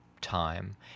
time